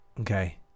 Okay